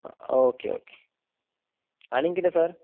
okay okay आनीक किदे sir